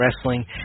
wrestling